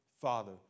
Father